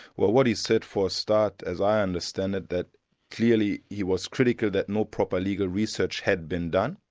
well what he said for a start, as i understand it, that clearly he was critical that no proper legal research had been done.